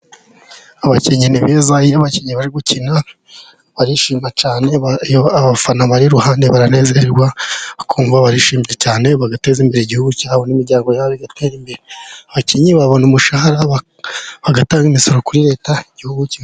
Abakinnyi ni beza, iyo abakinnyi bari gukina barishima cyane abafana bari iruhande baranezerwa bakumva barishimye cyane bagateza imbere igihugu cyabo n'imiryango yabo igatera imbere . Abakinnyi babona umushahara bagatanga imisoro kuri Leta igihugu ki...